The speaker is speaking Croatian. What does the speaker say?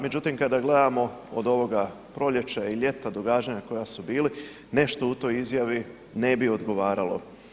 Međutim, kada gledamo od ovoga proljeća i ljeta događanja koja su bili, nešto u toj izjavi ne bi odgovaralo.